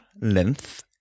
length